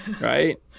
right